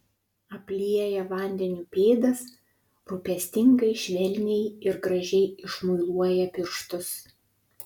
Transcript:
aplieja vandeniu pėdas rūpestingai švelniai ir gražiai išmuiluoja pirštus